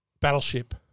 Battleship